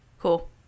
Cool